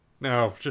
No